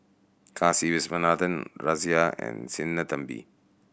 Kasiviswanathan Razia and Sinnathamby